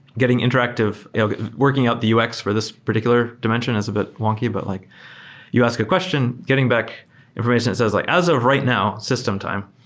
getting interactive working out the ux for this particular dimension is a bit wonky, but like you ask a question. getting back information, it says, like as of right now, system time.